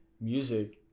music